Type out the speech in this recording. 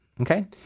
okay